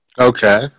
Okay